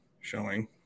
showing